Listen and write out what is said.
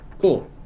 Cool